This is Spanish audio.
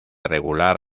regular